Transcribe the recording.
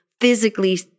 physically